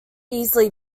easily